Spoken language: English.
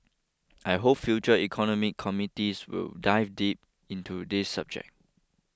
I hope future economic committees will dive deep into this subject